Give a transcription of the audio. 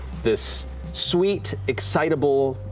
this sweet, excitable,